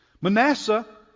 Manasseh